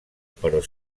però